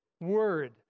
word